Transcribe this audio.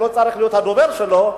אני לא צריך להיות הדובר שלו,